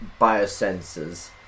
biosensors